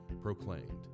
proclaimed